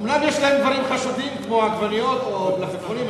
אומנם יש להם דברים חשודים כמו עגבניות או מלפפונים,